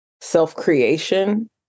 self-creation